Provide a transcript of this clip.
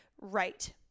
right